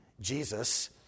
Jesus